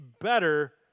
better